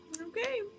Okay